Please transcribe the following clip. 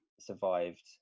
survived